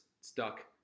stuck